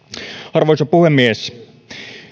arvoisa puhemies